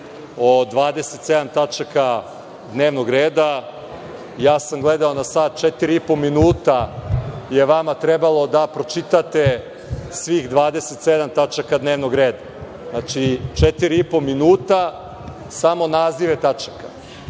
o 27 tačaka dnevnog reda. Ja sam gledao na sat, četiri i po minuta je vama trebalo da pročitate svih 27 tačaka dnevnog reda. Znači, četiri i po minuta samo nazive tačaka.